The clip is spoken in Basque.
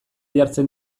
jartzen